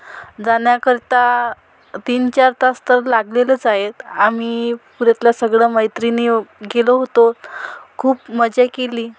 जाण्याकरीता तीन चार तास तर लागलेलेच आहेत आम्ही ट्रीपला सगळे मैत्रिणी गेलो होतोत खूप मजा केली